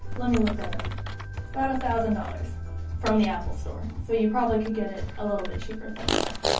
let me look that up about a thousand dollars from the apple store so you probably could get it a little bit cheaper somewhere else,